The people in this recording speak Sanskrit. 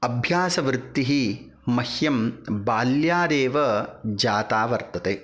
अभ्यासवृत्तिः मह्यं बाल्याद् एव जाता वर्तते